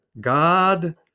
God